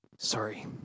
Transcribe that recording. sorry